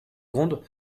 gronde